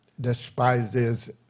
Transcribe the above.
despises